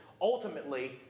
Ultimately